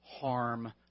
harm